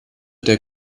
der